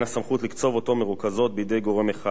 הסמכות לקצוב אותו מרוכזות בידי גורם אחד,